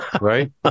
right